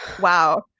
Wow